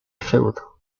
feudo